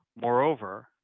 Moreover